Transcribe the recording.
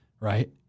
right